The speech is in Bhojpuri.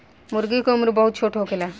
मूर्गी के उम्र बहुत छोट होखेला